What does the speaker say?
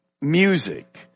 music